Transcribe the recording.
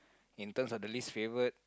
in terms of the least favourite